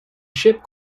ship